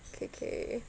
K K